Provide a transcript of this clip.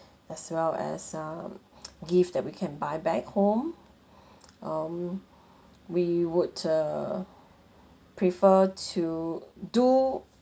as well as um gift that we can buy back home um we would uh prefer to do